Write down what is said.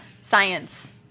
science